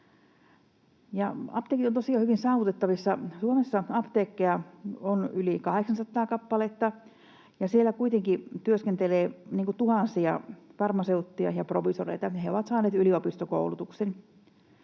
Apteekki on tosiaan hyvin saavutettavissa. Suomessa apteekkeja on yli 800 kappaletta, ja siellä kuitenkin työskentelee tuhansia farmaseutteja ja proviisoreita. He ovat saaneet yliopistokoulutuksen.